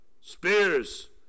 spears